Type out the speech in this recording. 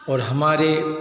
और हमारे